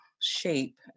shape